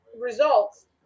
results